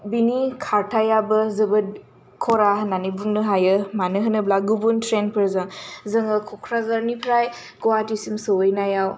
बेनि खारथायाबो जोबोद खरा होननानै बुंनानै होनो हायो मानो होनब्ला गुबुन ट्रेनफोरजों जोङो क'क्राझारनिफ्राय गोहातिसिम सहैनायाव